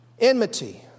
Enmity